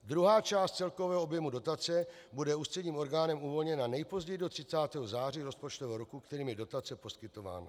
Druhá část celkového objemu dotace bude ústředním orgánem uvolněna nejpozději do 30. září rozpočtového roku, na který je dotace poskytována.